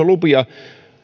lupia